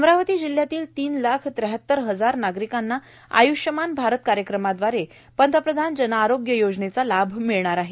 अमरावती जिल्ह्यातील तीन लाख त्र्याहतर हजार नागरिकांना आय्ष्यमान भारत का र्यक्रमाद्वारे पंतप्रधान जन आरोग्य योजनेचा लाभ मिळणार आहे